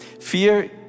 Fear